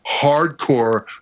hardcore